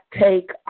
take